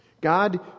God